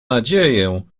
nadzieję